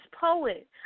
poet